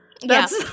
yes